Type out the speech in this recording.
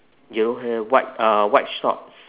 yellow hair white uh white shorts